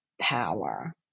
power